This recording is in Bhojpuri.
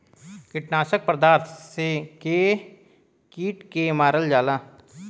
कीटनाशक पदार्थ से के कीट के मारल जाला